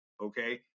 okay